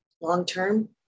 long-term